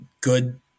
good